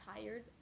tired